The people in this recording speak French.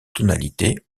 tonalité